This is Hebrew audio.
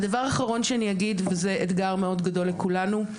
הדבר האחרון שאני אגיד וזה אתגר מאוד גדול לכולנו,